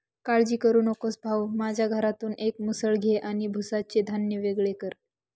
काळजी करू नकोस भाऊ, माझ्या घरातून एक मुसळ घे आणि भुसाचे धान्य वेगळे कर